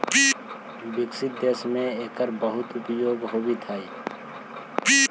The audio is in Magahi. विकसित देश में एकर बहुत उपयोग होइत हई